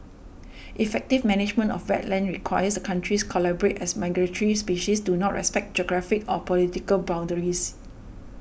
effective management of wetlands requires the countries collaborate as migratory species do not respect geographic or political boundaries